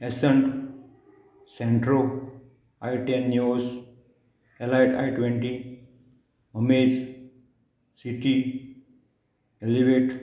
Accent Santro i ten Nios Elite i twenty Amaze City elevate